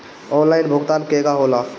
Online भुगतान केगा होला?